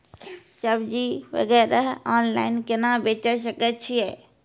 सब्जी वगैरह ऑनलाइन केना बेचे सकय छियै?